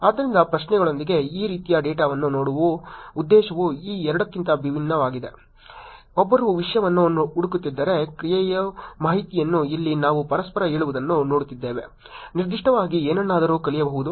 ಆದ್ದರಿಂದ ಪ್ರಶ್ನೆಗಳೊಂದಿಗೆ ಈ ರೀತಿಯ ಡೇಟಾವನ್ನು ನೋಡುವ ಉದ್ದೇಶವು ಈ ಎರಡಕ್ಕಿಂತ ವಿಭಿನ್ನವಾಗಿದೆ ಒಬ್ಬರು ವಿಷಯವನ್ನು ಹುಡುಕುತ್ತಿದ್ದಾರೆ ಕ್ರಿಯೆಯ ಮಾಹಿತಿಯನ್ನು ಇಲ್ಲಿ ನಾವು ಪರಸ್ಪರ ಹೇಳುವುದನ್ನು ನೋಡುತ್ತಿದ್ದೇವೆ ನಿರ್ದಿಷ್ಟವಾಗಿ ಏನನ್ನಾದರೂ ಕಲಿಯಬಹುದು